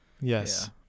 Yes